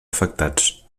afectats